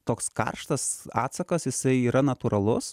toks karštas atsakas jisai yra natūralus